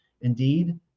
Indeed